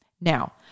Now